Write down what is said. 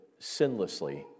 sinlessly